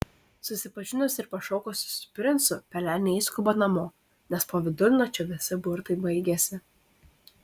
susipažinusi ir pašokusi su princu pelenė išskuba namo nes po vidurnakčio visi burtai baigiasi